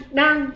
đang